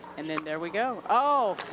and then there we go. ah